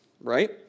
right